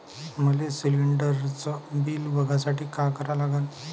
मले शिलिंडरचं बिल बघसाठी का करा लागन?